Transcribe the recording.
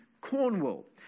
Cornwall